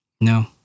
No